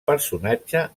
personatge